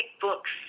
books